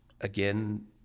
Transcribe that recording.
again